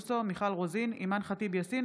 בישראל, מעט מדי מיטות,